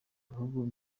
bihugu